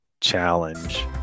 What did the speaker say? challenge